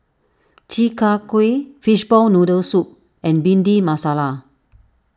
Chi Kak Kuih Fishball Noodle Soup and Bhindi Masala